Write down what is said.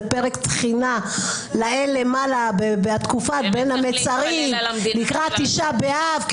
איזה פרק תחינה לאל למעלה בתקופת בין המצרים לקראת תשעה באב.